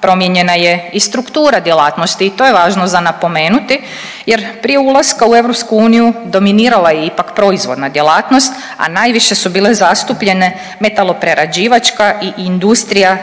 promijenjena je i struktura djelatnosti i to je važno za napomenuti jer prije ulaska u EU dominirala je ipak proizvodna djelatnost, a najviše su bile zastupljene metaloprerađivačka i industrija